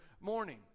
morning